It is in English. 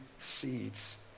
seeds